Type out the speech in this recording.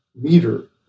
meter